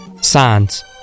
Signs